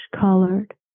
colored